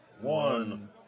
one